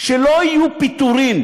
שלא יהיו פיטורים